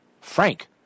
Frank